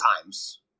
times